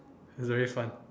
it's very fun